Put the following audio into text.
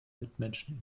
mitmenschen